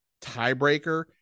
tiebreaker